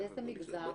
באיזה מגזר?